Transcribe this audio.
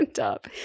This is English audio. up